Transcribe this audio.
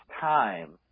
time